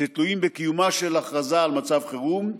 שתלויים בקיומה של הכרזה על מצב חירום,